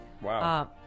Wow